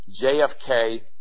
JFK